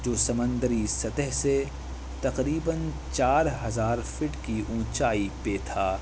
جو سمندری سطح سے تقریباً چار ہزار فٹ کی اونچائی پہ تھا